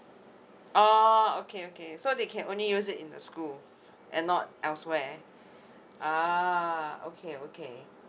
oh okay okay so they can only use it in the school and not elsewhere ah okay okay